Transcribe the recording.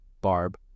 Barb